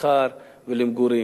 למסחר ולמגורים.